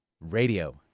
radio